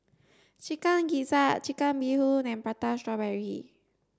chicken gizzard chicken Bee Hoon and Prata strawberry